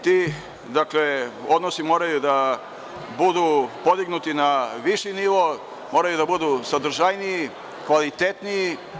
Ti odnosi moraju da budu podignuti na viši nivo, moraju da budu sadržajniji, kvalitetniji.